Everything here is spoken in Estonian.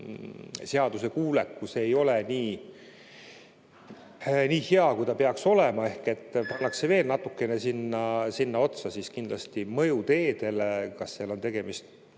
seaduskuulekus ei ole nii hea, kui ta peaks olema, ehk pannakse veel natukene sinna otsa, siis kindlasti mõju teedele, kas tegemist on